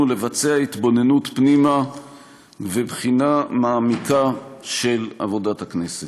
לבצע התבוננות פנימה ובחינה מעמיקה של עבודת הכנסת.